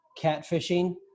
catfishing